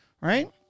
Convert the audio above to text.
Right